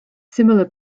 similar